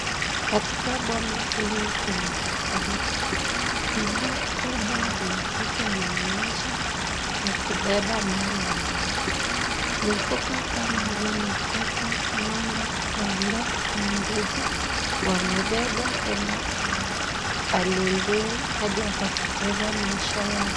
Katika boma hili kuna mafuriko, mvua kubwa ya masika imenyesha na kubeba mali ya watu. Mifugo kama vile kuku, ng'ombe ,kondoo na mbuzi wamebebwa kwenda pande ingine hadi wakapoteza maisha yao.